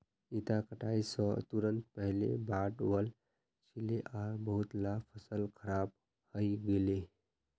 इता कटाई स तुरंत पहले बाढ़ वल छिले आर बहुतला फसल खराब हई गेले